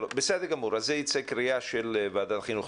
בסדר גמור, אז תצא קריאה של ועדת החינוך.